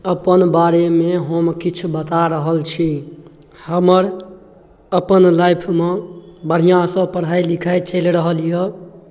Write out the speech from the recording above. अपन बारेमे हम किछु बता रहल छी हमर अपन लाइफमे बढ़िआँसँ पढ़ाइ लिखाइ चलि रहल यए